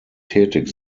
tätig